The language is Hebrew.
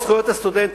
חוק זכויות הסטודנט,